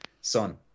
Son